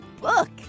book